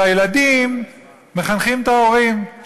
שהילדים מחנכים את ההורים.